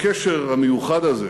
לקשר המיוחד הזה